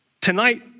tonight